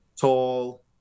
tall